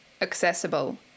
accessible